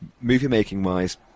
movie-making-wise